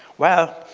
well,